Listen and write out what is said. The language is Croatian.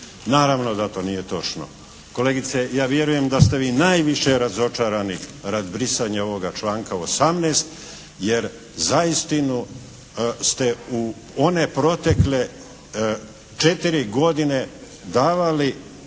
Naravno da to nije točno. Kolegice, ja vjerujem da ste vi najviše razočarani radi brisanja ovoga članka 18., jer zaistinu ste u one protekle četiri godine davali